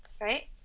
Right